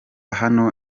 hano